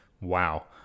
Wow